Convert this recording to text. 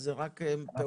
אז זה רק פעולה.